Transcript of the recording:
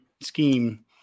scheme